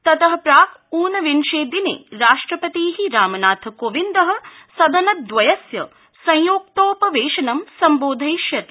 ततः प्राक् ऊनविंशे दिने राष्ट्रपति रामनाथ कोविंदः सदनदवयस्य संय्क्तोपवेशनं संबोधयिष्यति